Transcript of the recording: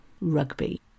rugby